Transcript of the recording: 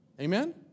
Amen